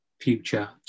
future